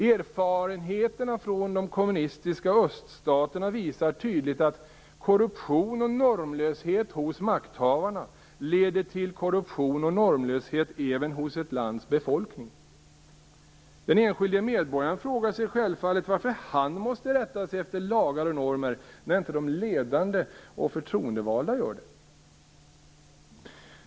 Erfarenheterna från de kommunistiska öststaterna visar tydligt att korruption och normlöshet hos makthavarna leder till korruption och normlöshet även hos ett lands befolkning. Den enskilde medborgaren frågar sig självfallet varför han måste rätta sig efter lagar och normer när de ledande och förtroendevalda inte gör det.